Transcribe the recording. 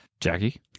Jackie